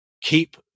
keep